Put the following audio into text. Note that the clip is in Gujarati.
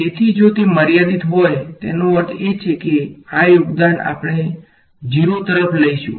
તેથી જો તે મર્યાદિત હોય તેનો અર્થ એ છે કે આ યોગદાન આપણે 0 અધિકાર તરફ લઈશું